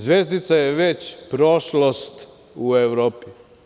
Zvezdica je već prošlost u Evropi.